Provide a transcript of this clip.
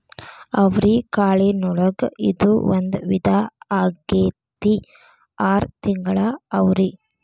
ಅವ್ರಿಕಾಳಿನೊಳಗ ಇದು ಒಂದ ವಿಧಾ ಆಗೆತ್ತಿ ಆರ ತಿಂಗಳ ಅವ್ರಿ